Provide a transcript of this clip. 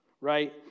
right